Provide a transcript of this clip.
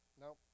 No